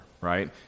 right